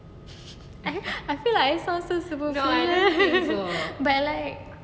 I I feel like ya but like but like